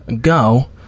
go